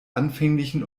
anfänglichen